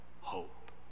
hope